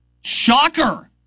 Shocker